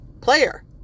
player